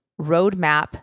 roadmap